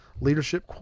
leadership